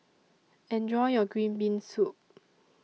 Enjoy your Green Bean Soup